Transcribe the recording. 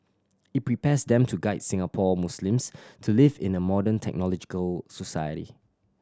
it prepares them to guide Singapore Muslims to live in a modern technological society